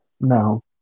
No